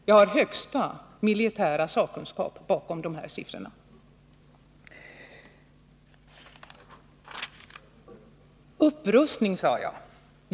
Jag har högsta militära sakkunskap bakom de här siffrorna. Upprustning, sade jag.